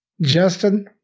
Justin